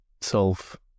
solve